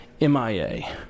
MIA